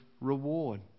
reward